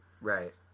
Right